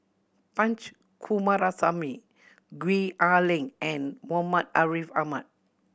Punch Coomaraswamy Gwee Ah Leng and Muhammad Ariff Ahmad